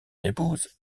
épouse